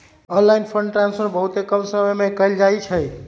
online fund transfer बहुते कम समय में कएल जाइ छइ